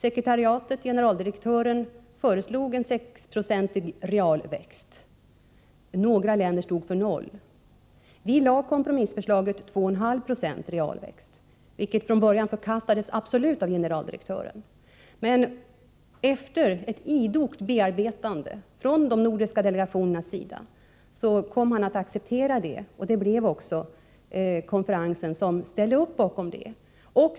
Sekretariatet, generaldirektören, föreslog en 6 procentig realtillväxt. Några länder stod för noll. Vi lade kompromissförslaget 2,50 realtillväxt, vilket till att börja med absolut förkastades av generaldirektören. Men efter ett idogt bearbetande från de nordiska delegationernas sida kom han att acceptera det här förslaget, och konferensen ställde upp bakom detta.